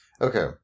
Okay